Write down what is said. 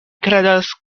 kredas